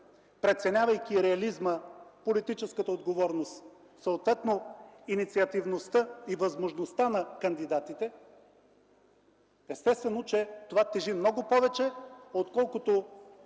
преценявайки реализма, политическата отговорност, съответно инициативността и възможността на кандидатите, естествено, че това тежи много повече, отколкото